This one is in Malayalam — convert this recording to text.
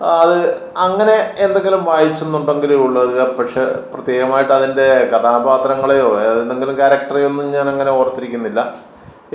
ആ അത് അങ്ങനെ എന്തെങ്കിലും വായിച്ചെന്നുണ്ടെങ്കിലേ ഉള്ളു അത് പക്ഷേ പ്രത്യേകമായിട്ടതിൻ്റെ കഥാപാത്രങ്ങളെയോ എന്തെങ്കിലും ക്യാറക്റ്ററേയൊന്നു ഞാനങ്ങനെ ഓർത്തിരിക്കുന്നില്ല എങ്കിലും